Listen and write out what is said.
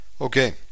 Okay